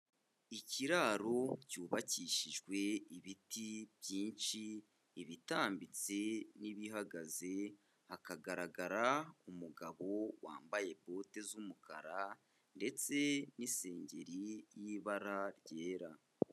Ikiraro cyubakishijwe ibiti byinshi, ibitambitse n'ibihagaze, hakagaragara umugabo wambaye bote z'umukara ndetse n'isengeri y'ibara ryera.